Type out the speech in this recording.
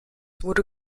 wurde